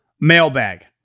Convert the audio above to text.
mailbag